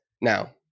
Now